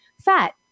Fat